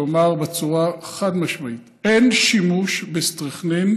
לומר בצורה חד-משמעית: אין שימוש בסטריכנין